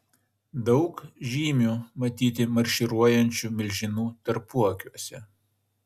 daug žymių matyti marširuojančių milžinų tarpuakiuose